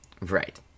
right